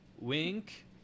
wink